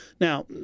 Now